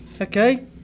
okay